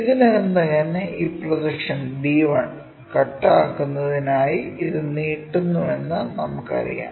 ഇതിനകം തന്നെ ഈ പ്രൊജക്ഷൻ b1 കട്ട് ആക്കുന്നതിനായി ഇത് നീട്ടുന്നുവെന്ന് നമുക്കറിയാം